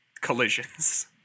collisions